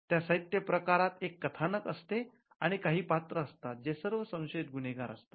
या साहित्य प्रकारात एक कथानक असते आणि काही पात्र असतात जे सर्व संशयित गुन्हेगार असतात